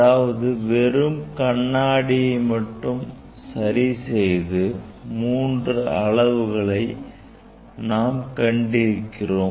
அதாவது வெறும் கண்ணாடியை மட்டும் சரி செய்து மூன்று அளவுகளை நாம் கண்டிறிகிறோம்